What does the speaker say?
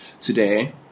today